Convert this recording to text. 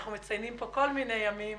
אנחנו מציינים כאן כל מיני ימים,